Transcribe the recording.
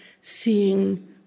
seeing